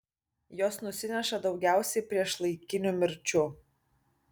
jos nusineša daugiausiai priešlaikinių mirčių